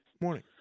Morning